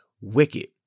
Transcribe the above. wicked